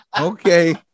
Okay